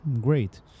great